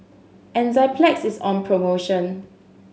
enzyplex is on promotion